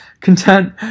content